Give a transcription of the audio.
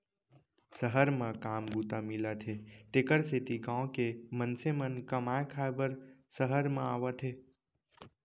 सहर म काम बूता मिलत हे तेकर सेती गॉँव के मनसे मन कमाए खाए बर सहर म आवत हें